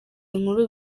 inkuru